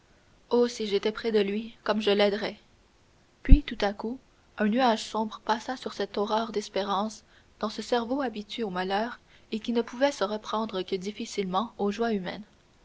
oh si j'étais près de lui comme je l'aiderais puis tout à coup un nuage sombre passa sur cette aurore d'espérance dans ce cerveau habitué au malheur et qui ne pouvait se reprendre que difficilement aux joies humaines